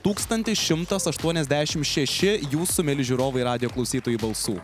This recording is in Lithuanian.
tūkstantis šimtas aštuoniasdešimt šeši jūsų mieli žiūrovai radijo klausytojų balsų